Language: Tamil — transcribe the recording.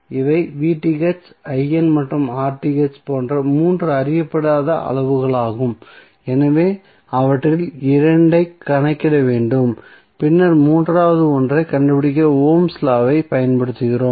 இவை மற்றும் போன்ற மூன்று அறியப்படாத அளவுகளாகும் எனவே அவற்றில் இரண்டைக் கணக்கிட வேண்டும் பின்னர் மூன்றாவது ஒன்றைக் கண்டுபிடிக்க ஓம்ஸ் லா வைப் பயன்படுத்துகிறோம்